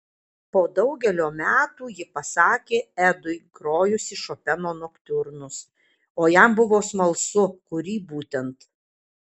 po daugelio metų ji pasakė edui grojusi šopeno noktiurnus o jam buvo smalsu kurį būtent